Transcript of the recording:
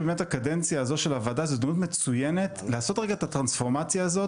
הועדה זאת הזדמנות מצוינת לעשות את הטרנספורמציה הזאת